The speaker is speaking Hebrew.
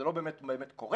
זה לא באמת קורה.